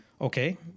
okay